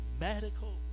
medical